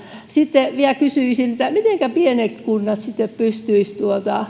sitten vielä kysyisin mitenkä pienet kunnat sitten pystyisivät